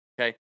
Okay